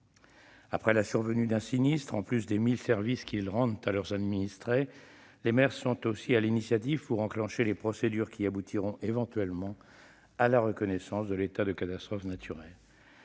Après la survenue d'un sinistre, en plus des mille services qu'ils rendent à leurs administrés, les maires sont également à l'initiative des procédures qui aboutiront, éventuellement, à la reconnaissance de l'état de catastrophe naturelle.